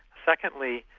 secondly,